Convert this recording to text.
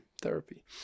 therapy